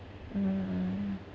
mm